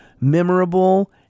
memorable